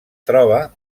troba